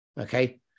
Okay